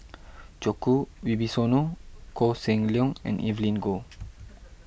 Djoko Wibisono Koh Seng Leong and Evelyn Goh